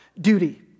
duty